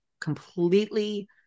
completely